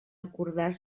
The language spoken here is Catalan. acordar